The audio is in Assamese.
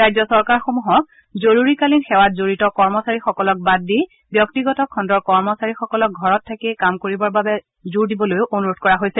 ৰাজ্য চৰকাৰসমূহক জৰুৰীকালীন সেৱাত জডিত কৰ্মচাৰীসকলক বাদ দি ব্যক্তিগত খণুৰ কৰ্মচাৰীসকলক ঘৰত থাকিয়েই কাম কৰিবৰ বাবে জোৰ দিবলৈ অনুৰোধ কৰা হৈছে